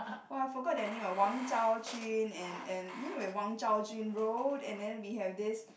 !wah! I forgot their name ah Wang-Zhao-jun and and eh no wait Wang-Zhao-jun road and then we have this